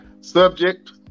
subject